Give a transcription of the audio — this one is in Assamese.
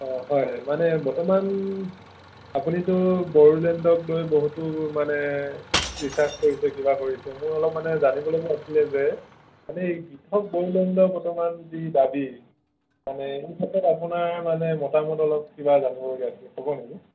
অঁ হয় হয় মানে বৰ্তমান আপুনিতো বড়োলেণ্ডক লৈ বহুতো মানে ৰিচাৰ্ছ কৰিছে কিবা কৰিছে মোৰ অলপ মানে জানিবলগীয়া আছিলে যে মানে বৃহৎ বড়োলেণ্ডৰ বৰ্তমান যি দাবী মানে এই ক্ষেত্ৰত আপোনাৰ মানে মতামত অলপ কিবা জানিবলগীয়া আছিল ক'ব নেকি